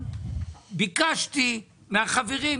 ביקשתי מהחברים,